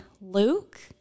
Luke